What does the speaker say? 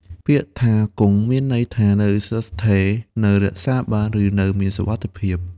ពាក្យថា «គង់» មានន័យថា នៅស្ថិតស្ថេរ នៅរក្សាបាន ឬនៅមានសុវត្ថិភាព។